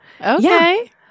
Okay